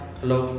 hello